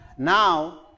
Now